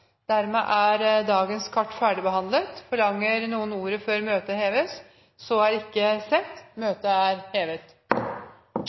Dermed er dagens kart ferdigbehandlet. Forlanger noen ordet før møtet heves? – Møtet er